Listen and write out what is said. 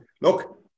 Look